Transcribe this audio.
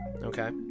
Okay